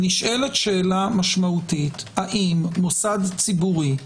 נשאלת שאלה משמעותית, האם מוסד ציבורי,